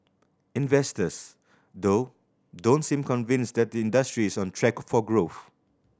investors though don't seem convinced that the industry is on track for growth